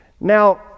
Now